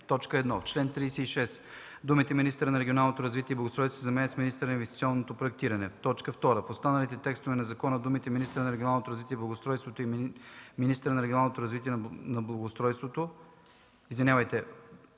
В чл. 54, ал. 2 думите „министъра на регионалното развитие и благоустройството” се заменят с „министъра на инвестиционното проектиране”. 2. В останалите текстове на закона думите „Министерството на регионалното развитие и благоустройството” и „министъра на регионалното развитие и благоустройството” се